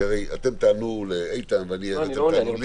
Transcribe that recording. כי הרי אתם תענו לאיתן ותענו לי -- לא.